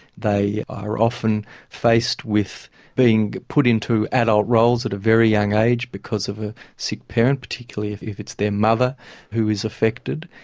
they are often faced with being put into adult roles at very young age because of a sick parent, particularly if if it's their mother who is affected,